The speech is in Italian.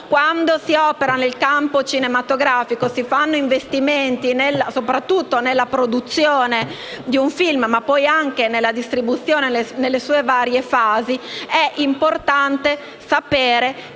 quando si opera nel campo cinematografico e si fanno investimenti soprattutto nella produzione di un film, ma anche nella distribuzione nelle sue varie fasi, è importante sapere che